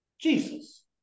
Jesus